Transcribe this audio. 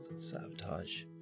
Sabotage